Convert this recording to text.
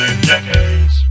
Decades